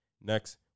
Next